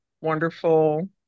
wonderful